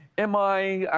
am i?